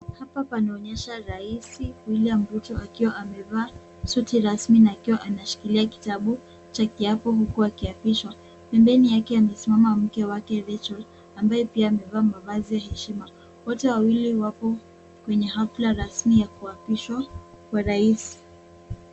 Hapa panaonyesha rais William Ruto akiwa amevaa suti rasmi na akiwa anashikilia kitabu cha kiapo huku akiapishwa, pembeni yake amesimama mke wake Rachel ambaye pia amevaa mavazi ya heshima. Wote wawili wapo kwenye hafla rasmi ya kuapishwa kwa rais.